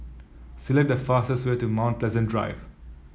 select the fastest way to Mount Pleasant Drive